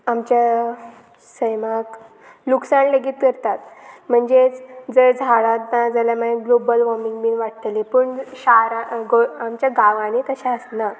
आमच्या सैमाक लुकसाण लेगीत करतात म्हणजेच जे झाडांत ना जाल्यार मागीर ग्लोबल वॉर्मींग बीन वाडटलें पूण शारां गो आमच्या गांवांनी कशें आसना